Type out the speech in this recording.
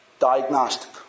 Diagnostic